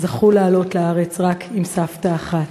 הם זכו לעלות לארץ רק עם סבתא אחת.